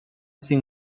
sin